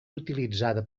utilitzada